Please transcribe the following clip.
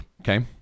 Okay